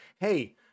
hey